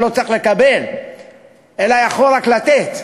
שלא צריך לקבל אלא יכול רק לתת.